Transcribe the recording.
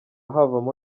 havamo